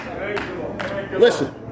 Listen